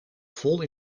vol